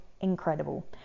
incredible